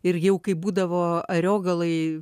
ir jau kai būdavo ariogaloj